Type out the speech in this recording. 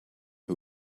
who